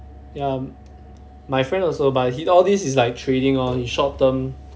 ya my friend also buy but all this is like trading on short term